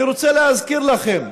אני רוצה להזכיר לכם: